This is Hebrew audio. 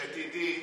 שתדעי,